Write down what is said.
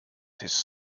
his